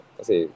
kasi